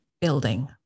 building